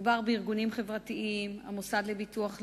מדובר בארגונים חברתיים, המוסד לביטוח לאומי,